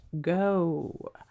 go